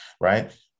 Right